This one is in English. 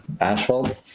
asphalt